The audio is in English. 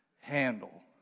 handle